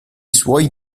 suoi